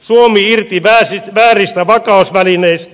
suomi irti vääristä vakausvälineistä